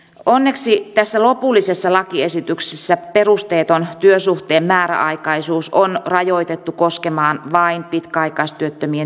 onneksi tässä lopullisessa lakiesityksessä perusteeton työsuhteen määräaikaisuus on rajoitettu koskemaan vain pitkäaikaistyöttömien työllistämistä